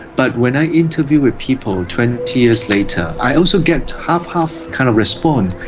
but when i interview with people twenty years later, i also get half half kind of respond.